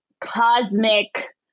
Cosmic